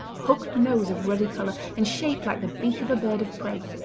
hooked nose of ruddy colour, and shaped like the beak of a bird of prey.